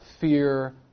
fear